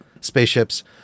spaceships